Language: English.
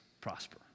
prosper